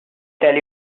tell